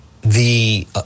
the-